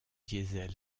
diesel